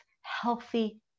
healthy